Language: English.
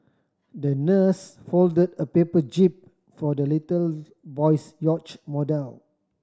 the nurse fold a paper jib for the little boy's yacht model